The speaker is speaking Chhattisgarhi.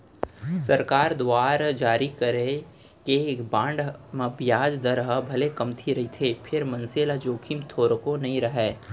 सरकार दुवार जारी करे गे बांड म बियाज दर ह भले कमती रहिथे फेर मनसे ल जोखिम थोरको नइ राहय